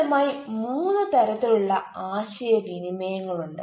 അടിസ്ഥാനപരമായി മൂന്ന് തരത്തിലുള്ള ആശയവിനിമയങ്ങളുണ്ട്